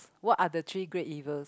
what are the three great evils